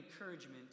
encouragement